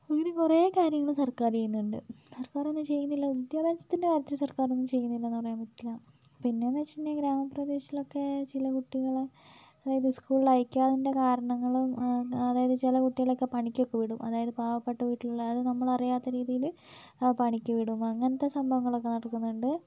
അങ്ങനെ കുറേ കാര്യങ്ങൾ സർക്കാർ ചെയ്യുന്നുണ്ട് സർക്കാരൊന്നും ചെയ്യുന്നില്ല വിദ്യാഭ്യാസത്തിൻ്റെ കാര്യത്തിൽ സർക്കാർ ഒന്നും ചെയ്യുന്നില്ല എന്ന് പറയാൻ പറ്റില്ല പിന്നെ എന്ന് വെച്ചിട്ടുണ്ടെങ്കിൽ ഗ്രാമപ്രദേശങ്ങളിലൊക്കെ ചില കുട്ടികളെ അതായത് സ്കൂളിൽ അയക്കാത്തതിൻ്റെ കാരണങ്ങളും ആ അതായത് ചില കുട്ടികളെയൊക്കെ പണിക്കൊക്കെ വിടും അതായത് പാവപ്പെട്ട വീട്ടിലുള്ള അതായത് നമ്മളറിയാത്ത രീതിയിൽ പണിക്ക് വിടും അങ്ങനെത്തെ സംഭവങ്ങളൊക്കെ നടക്കുന്നുണ്ട്